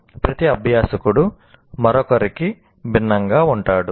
వాస్తవానికి ప్రతి అభ్యాసకుడు మరొకరికి భిన్నంగా ఉంటాడు